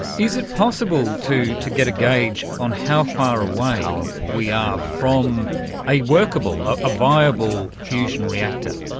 is it possible to to get a gauge on how far away we are from a workable, a viable fusion reactor?